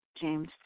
James